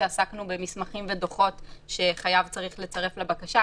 כשעסקנו במסמכים ודוחות שחייב צריך לצרף לבקשה,